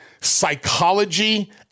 psychology